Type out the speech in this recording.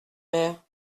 mère